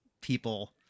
people